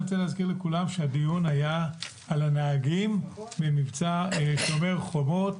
אני רוצה להזכיר לכולם שהדיון היה על הנהגים במבצע "שומר חומות",